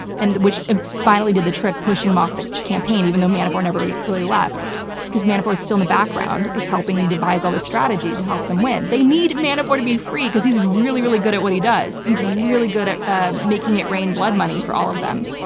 and which finally did the trick, pushing him off the campaign even though manafort never really left because manafort is still in the background, like helping devise all this strategy to help them win. they need manafort to be free because he's really, really good at what he does. he's really good at making it rain blood money for all of them.